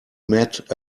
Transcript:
met